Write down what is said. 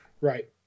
Right